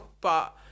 but-